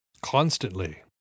constantly